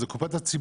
זאת קופת הציבור,